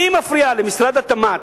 מי מפריע למשרד התמ"ת,